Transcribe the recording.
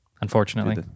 unfortunately